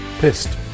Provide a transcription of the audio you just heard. pissed